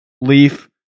leaf